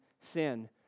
sin